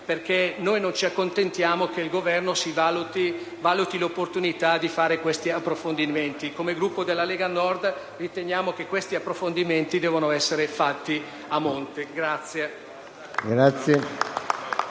perché noi non ci accontentiamo che il Governo valuti l'opportunità di fare questi approfondimenti. Come Gruppo della Lega Nord, riteniamo che questi approfondimenti debbano essere fatti a monte.